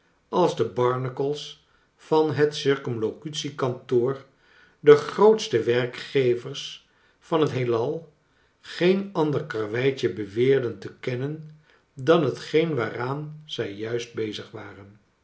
als de barnacles van het circumlocutie kantoor de grootste werkgevers van het heelal geen ander karweitje beweerden te kennen dan hetgeen waaraan zij juist bezig waren